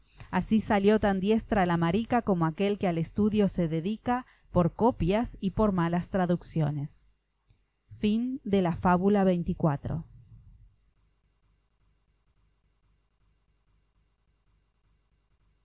así salió tan diestra la marica como aquel que al estudio se dedica por copias y por malas traducciones fábula